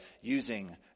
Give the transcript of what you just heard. using